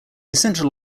essential